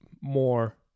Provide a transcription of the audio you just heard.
more